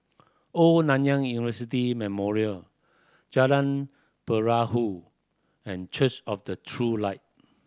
Old Nanyang University Memorial Jalan Perahu and Church of the True Light